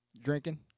drinking